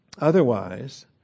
Otherwise